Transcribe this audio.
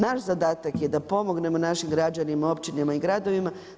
Naš zadatak je da pomognemo našim građanima, općinama i gradovima.